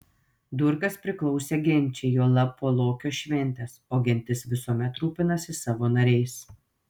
durkas priklausė genčiai juolab po lokio šventės o gentis visuomet rūpinasi savo nariais